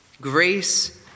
Grace